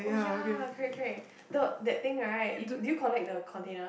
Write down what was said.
oh yeah correct correct the that thing right you do you collect the container